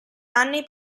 anni